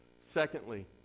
Secondly